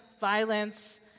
violence